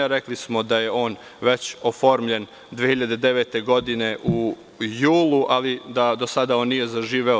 Rekli smo da je on već oformljen 2009. godine u julu, ali do sada nije zaživeo.